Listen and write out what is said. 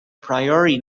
priori